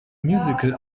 musical